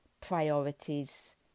priorities